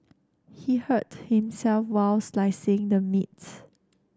he hurt himself while slicing the meats